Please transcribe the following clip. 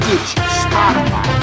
Spotify